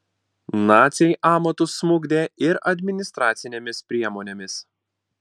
naciai amatus smukdė ir administracinėmis priemonėmis